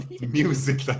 music